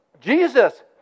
Jesus